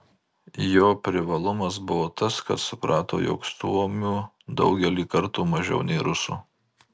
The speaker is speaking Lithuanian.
jo privalumas buvo tas kad suprato jog suomių daugelį kartų mažiau nei rusų